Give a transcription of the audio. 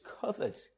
covered